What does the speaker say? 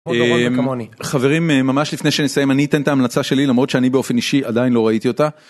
חברים, ממש לפני שנסיים, אני אתן את ההמלצה שלי למרות שאני באופן אישי עדיין לא ראיתי אותה